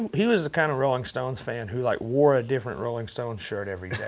he was a kind of rolling stones fan, who like wore a different rolling stones shirt every day.